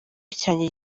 cyanjye